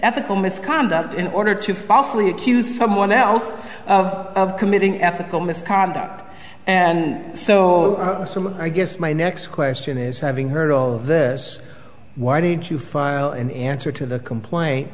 ethical misconduct in order to falsely accuse someone else of committing ethical misconduct and so i guess my next question is having heard all of this why didn't you file an answer to the complaint